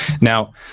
Now